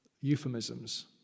euphemisms